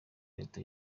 leta